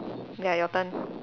ya your turn